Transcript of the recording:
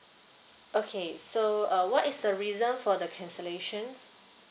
okay so uh what is the reason for the cancellations